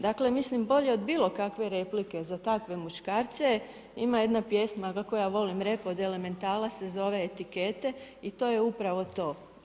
Dakle, mislim bolje od bilokakve replike za takve muškarce, ima jedna pjesma, kako ja volim rap od Elementala se zove „Etikete“ i to je upravo to.